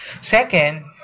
Second